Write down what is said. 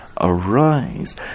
arise